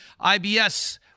IBS